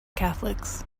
catholics